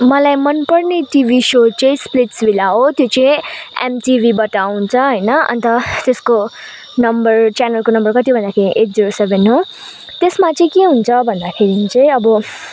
मलाई मनपर्ने TV show चाहिँ स्प्लिट्सभिल्ला हो त्यो चाहिँ एमटिभीबाट आउँछ होइन अन्त त्यसको नम्बर च्यानलको नम्बर कति भन्दाखेरि एट जिरो सेभेन हो त्यसमा चाहिँ के हुन्छ भन्दाखेरि चाहिँ अब